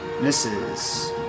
Misses